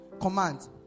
Command